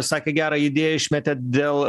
sakė gerą idėją išmetėt dėl